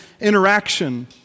interaction